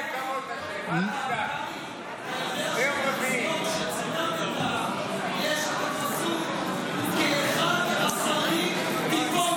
------ במזמור שציטטת יש עוד פסוק: "וכאחד השרים תפֹּלו".